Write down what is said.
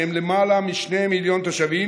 שהם למעלה משני מיליון תושבים,